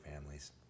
families